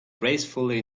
gracefully